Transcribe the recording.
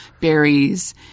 berries